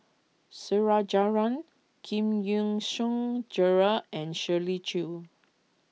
Su Rajendran Giam Yean Song Gerald and Shirley Chew